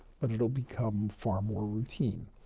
but it'll become far more routine.